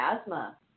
asthma